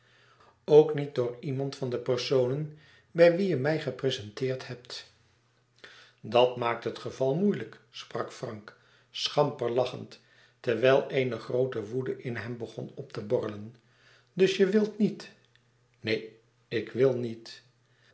ook niet door iemand van de personen bij wie je mij gepresenteerd hebt dat maakt het geval moeilijk sprak frank schamper lachend terwijl eene groote woede in hem begon op te borrelen dus je wilt niet neen ik wil niet